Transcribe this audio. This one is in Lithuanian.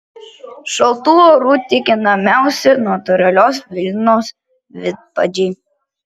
šaltu oru tinkamiausi natūralios vilnos vidpadžiai